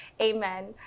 Amen